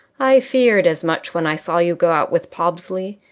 i feared as much when i saw you go out with pobsley.